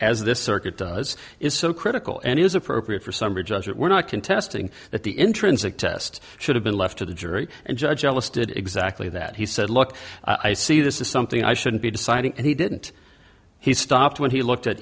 as this circuit does is so critical and is appropriate for summary judgment we're not contesting that the intrinsic test should have been left to the jury and judge ellis did exactly that he said look i see this is something i shouldn't be deciding and he didn't he stopped when he looked at